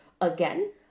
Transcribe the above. again